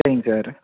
சரிங்க சார்